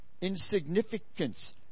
Insignificance